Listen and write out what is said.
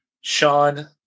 Sean